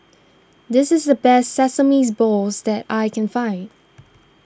this is the best Sesames Balls that I can find